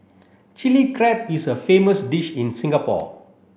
Chilli Crab is a famous dish in Singapore